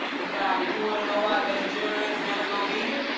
if you wanna know why vegetarians never go vegan.